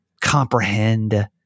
comprehend